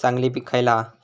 चांगली पीक खयला हा?